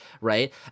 right